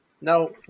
Now